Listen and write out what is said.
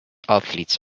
athletes